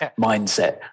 mindset